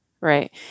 right